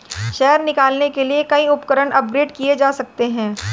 शहद निकालने के लिए कई उपकरण अपग्रेड किए जा सकते हैं